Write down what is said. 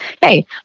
hey